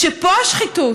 שפה השחיתות,